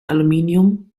aluminium